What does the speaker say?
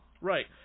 Right